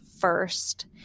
first